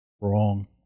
Wrong